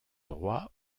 droit